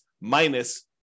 minus